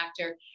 actor